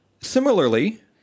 Similarly